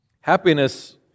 Happiness